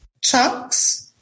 chunks